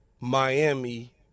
Miami